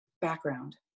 background